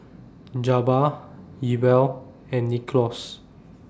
Jabbar Ewell and Nicklaus